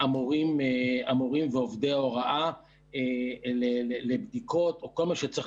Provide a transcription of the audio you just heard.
המורים ועובדי ההוראה לבדיקות או כל מה שצריך